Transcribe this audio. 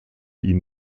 ihn